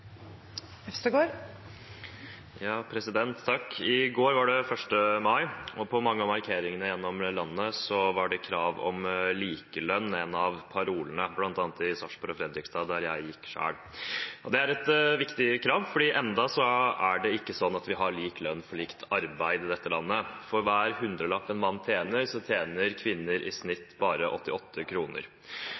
I går var det 1. mai, og på mange av markeringene gjennom landet var krav om likelønn en av parolene, bl.a. i Sarpsborg og Fredrikstad, der jeg selv gikk. Det er et viktig krav, for ennå er det ikke slik at vi har lik lønn for likt arbeid i dette landet. For hver hundrelapp en mann tjener, tjener kvinner i snitt bare 88